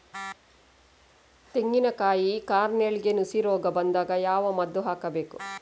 ತೆಂಗಿನ ಕಾಯಿ ಕಾರ್ನೆಲ್ಗೆ ನುಸಿ ರೋಗ ಬಂದಾಗ ಯಾವ ಮದ್ದು ಹಾಕಬೇಕು?